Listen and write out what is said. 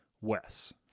Wes